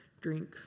drink